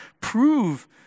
prove